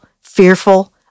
fearful